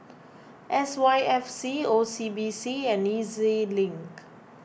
S Y F C O C B C and E Z Link